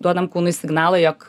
duodam kūnui signalą jog